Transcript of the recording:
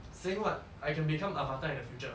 saying what I can become avatar in the future